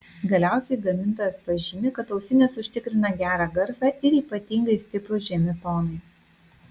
galiausiai gamintojas pažymi kad ausinės užtikrina gerą garsą ir ypatingai stiprūs žemi tonai